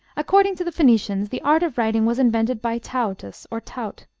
according to the phoenicians, the art of writing was invented by taautus, or taut,